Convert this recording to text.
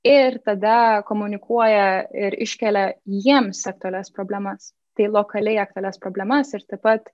ir tada komunikuoja ir iškelia jiems aktualias problemas tai lokaliai aktualias problemas ir taip pat